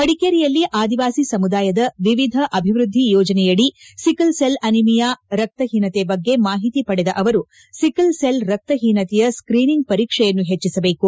ಮಡಿಕೇರಿಯಲ್ಲಿ ಆದಿವಾಸಿ ಸಮುದಾಯದ ವಿವಿಧ ಅಭಿವೃದ್ಧಿ ಯೋಜನೆಯಡಿ ಸಿಕ್ಕಲ್ ಸೆಲ್ ಅನಿಮಿಯಾ ರಕ್ತಹೀನತೆ ಬಗ್ಗೆ ಮಾಹಿತಿ ಪಡೆದ ಅವರು ಸಿಕ್ಕಲ್ ಸೆಲ್ ರಕ್ತ ಹೀನತೆಯ ಸ್ಕೀನಿಂಗ್ ಪರೀಕ್ಷೆಯನ್ನು ಹೆಚ್ಚಿಸಬೇಕು